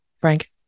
Frank